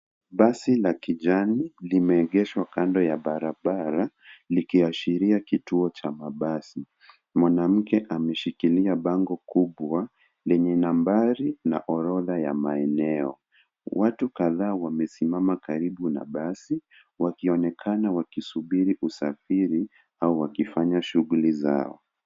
Basi la kijani limeegeshwa kando ya barabara likiashiria kituo cha mabasi. Mwanamke ameshikilia bango kubwa lenye nambari na orodha ya maeneo. Watu kadhaa wamesimama karibu na basi wakionekana wakisubiri usafiri au wakifanya shuguli zao.